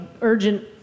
urgent